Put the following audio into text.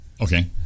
okay